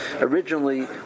originally